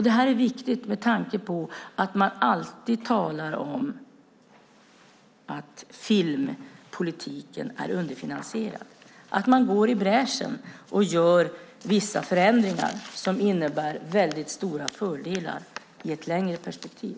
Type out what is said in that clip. Detta är viktigt med tanke på att man alltid talar om att filmpolitiken är underfinansierad. Man går i bräschen och gör vissa förändringar som innebär väldigt stora fördelar i ett längre perspektiv.